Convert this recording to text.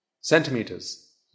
centimeters